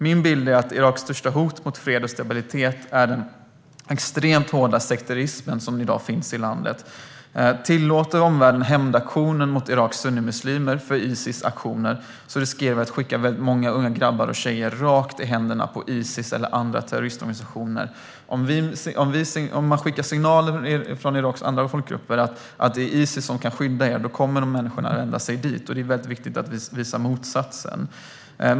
Min bild är att det största hotet mot fred och stabilitet i Irak är den extremt hårda sekterismen i landet. Om omvärlden tillåter hämndaktioner mot Iraks sunnimuslimer för Isis aktioner riskerar vi att skicka många unga grabbar och tjejer rakt i händerna på Isis eller andra terroristorganisationer. Om Iraks andra folkgrupper skickar signaler att det är Isis som kan skydda människorna kommer de att vända sig dit. Det är viktigt att vi visar motsatsen.